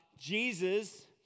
Jesus